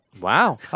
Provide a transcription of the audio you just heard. Wow